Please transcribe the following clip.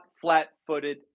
flat-footed